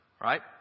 Right